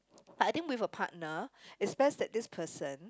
I think with a partner it's best that this person